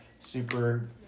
super